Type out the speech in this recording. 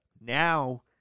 Now